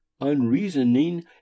unreasoning